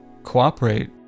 cooperate